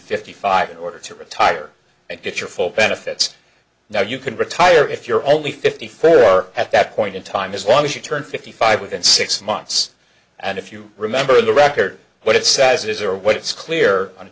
fifty five in order to retire and get your full benefits now you can retire if you're only fifty four at that point in time as long as you turn fifty five within six months and if you remember the record what it says is or what it's clear